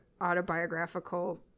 autobiographical